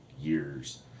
years